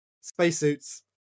spacesuits